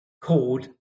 called